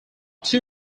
two